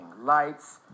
Lights